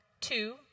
Two